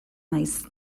naiz